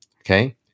Okay